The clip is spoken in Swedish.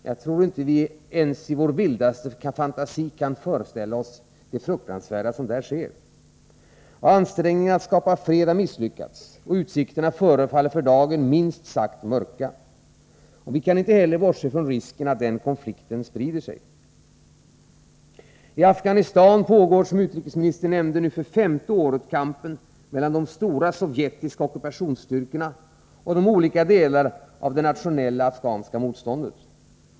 Jag tror inte att vi ens i vår vildaste fantasi kan föreställa oss det fruktansvärda som där sker. Ansträngningarna att skapa fred har misslyckats, och utsikterna förefaller för dagen minst sagt mörka. Vi kan inte heller bortse från risken att konflikten sprider sig. I Afghanistan pågår, som utrikesministern nämnde, för femte året kampen mellan de stora sovjetiska ockupationsstyrkorna och de olika delarna av det nationella afghanska motståndet.